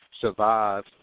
survive